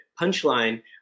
punchline